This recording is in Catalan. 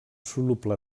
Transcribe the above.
soluble